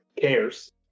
cares